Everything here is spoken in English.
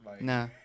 Nah